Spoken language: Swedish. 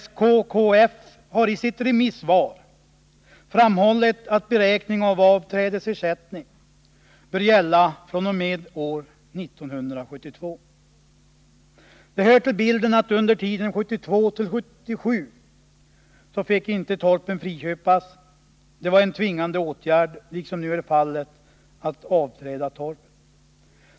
SKKF — Sveriges kronotorpareoch kolönistförbund — har i sitt remissvar framhållit att avträdesersättning bör gälla fr.o.m. år 1972. Det hör till bilden att torpen inte fick friköpas under tiden 1972-1977. Det var en tvingande regel, liksom nu är fallet när det gäller frågan om att avträda ett torp.